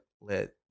let